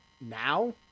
now